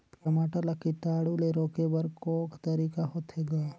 टमाटर ला कीटाणु ले रोके बर को तरीका होथे ग?